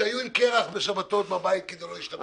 יש אנשים שהיו עם קרח בבית בשבתות כדי לא להשתמש בחשמל.